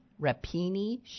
rapini